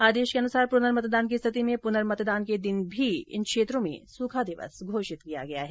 आदेश के अनुसार पुर्नमतदान कि स्थिति में पुर्नमतदान के दिन भी इन क्षेत्रों में सूखा दिवस घोषित किया गया है